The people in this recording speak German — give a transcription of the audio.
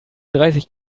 dreißig